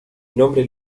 nombre